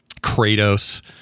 Kratos